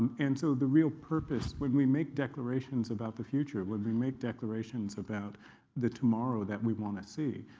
and so the real purpose when we make declarations about the future, when we make declarations about the tomorrow that we want to see,